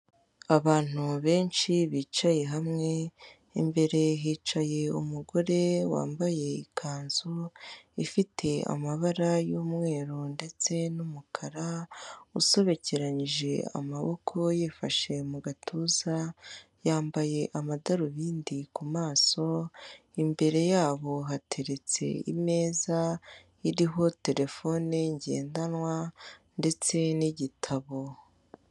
Abantu benshi bicaye hamwe, imbere hicaye umugore wambaye ikanzu ifite amabara y'umweru ndetse n'umukara, usobekeranyije amaboko yifashe mu gatuza yambaye amadarubindi ku maso, imbere yabo hateretse imeza iriho telefone ngendanwa ndetse n'igitabo.